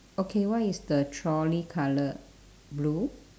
okay what is the trolley colour blue